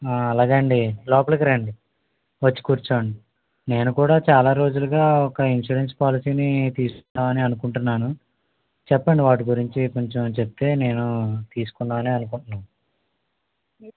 ఆ అలాగా అండి లోపలికి రండి వచ్చి కూర్చోండి నేను కూడా చాలా రోజులుగా ఒక ఇన్సూరెన్స్ పాలసీని తీసుకుందాము అనే అనుకుంటున్నాను చెప్పండి వాటి గురించి కొంచెం చెబితే నేను తీసుకుందాము అనే అని అనుకుంటున్నాను